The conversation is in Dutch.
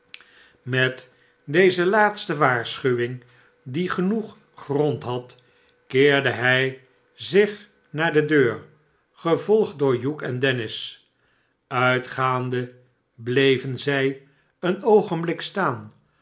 met deze laatste waarschuwing die genoeg grond had keerde nrj zich naar de dear gevolgd door hugh en j zij een oogenblik staan